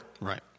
Right